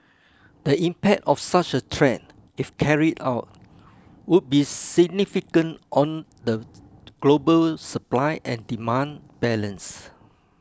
the impact of such a threat if carried out would be significant on the global supply and demand balance